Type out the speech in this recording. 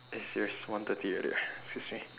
eh serious one thirty already eh excuse me